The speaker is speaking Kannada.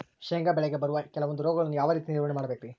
ಶೇಂಗಾ ಬೆಳೆಗೆ ಬರುವ ಕೆಲವೊಂದು ರೋಗಗಳನ್ನು ಯಾವ ರೇತಿ ನಿರ್ವಹಣೆ ಮಾಡಬೇಕ್ರಿ?